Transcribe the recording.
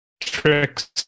tricks